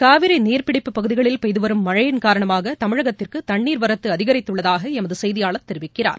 காவிரி நீர்பிடிப்புப் பகுதிகளில் பெய்து வரும் மழையின் காணமாக தமிழகத்திற்கு தண்ணீர் வரத்து அதிகரித்துள்ளதாக எமது செய்தியாளர் தெரிவிக்கிறார்